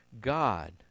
god